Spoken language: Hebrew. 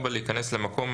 (4)להיכנס למקום,